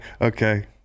okay